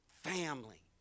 family